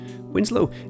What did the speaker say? Winslow